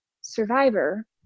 survivor